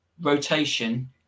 rotation